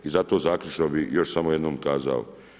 I zato zaključno bih još samo jednom kazao.